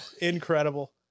incredible